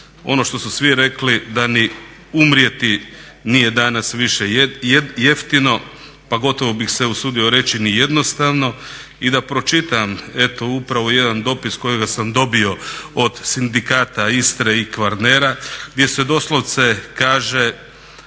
Ono što su svi rekli da ni umrijeti nije danas više jeftino, pa gotovo bih se usudio reći ni jednostavno. I da pročitam eto upravo jedan dopis kojega sam dobio od sindikata Istre i Kvarnera gdje se doslovce kaže